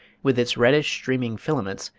with its reddish streaming filaments,